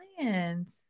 clients